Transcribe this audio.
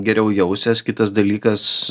geriau jausies kitas dalykas